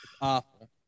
awful